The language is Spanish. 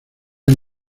han